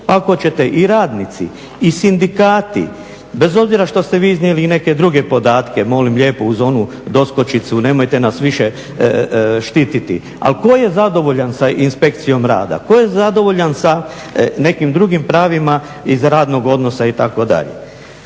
ako ćete i radnici i sindikati bez obzira što ste vi iznijeli i neke druge podatke molim lijepo uz onu doskočicu nemojte nas više štititi, ali tko je zadovoljan sa Inspekcijom rada? Tko je zadovoljan sa nekim drugim pravima iz radnog odnosa itd.?